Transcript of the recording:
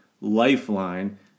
Lifeline